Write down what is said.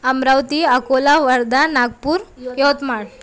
Amravati Akola Wardha Nagpur Yavatmal